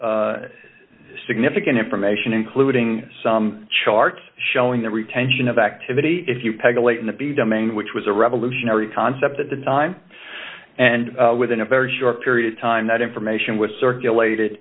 was significant information including some charts showing that retention of activity if you peg a late in the b domain which was a revolutionary concept at the time and within a very short period of time that information was circulated